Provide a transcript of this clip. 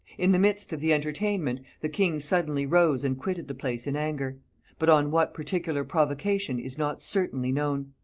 in the midst of the entertainment, the king suddenly rose and quitted the place in anger but on what particular provocation is not certainly known.